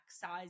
size